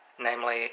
namely